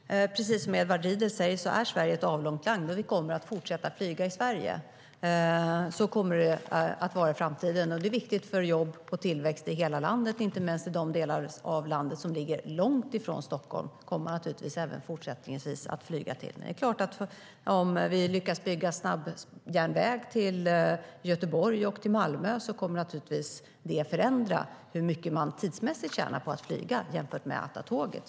Fru talman! Precis som Edward Riedl säger är Sverige ett avlångt land. Vi kommer att fortsätta att flyga i Sverige i framtiden. Det är viktigt för jobb och tillväxt i hela landet, inte minst de delar som ligger långt ifrån Stockholm och som man naturligtvis kommer att flyga till även fortsättningsvis. Det är klart att om vi lyckas bygga snabbjärnväg till Göteborg och Malmö kommer det att förändra hur mycket man tidsmässigt tjänar på att flyga jämfört med att ta tåget.